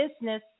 business